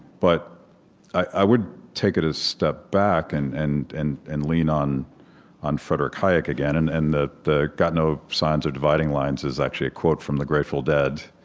but i would take a step back and and and and lean on on friederich hayek again. and and the the got no signs or dividing lines is actually a quote from the grateful dead.